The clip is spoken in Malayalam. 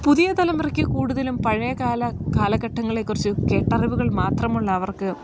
പുതിയ തലമുറക്ക് കൂടുതലും പഴയ കാല കാലഘട്ടങ്ങളെക്കുറിച്ച് കേട്ടറിവുകൾ മാത്രമുള്ള അവർക്ക്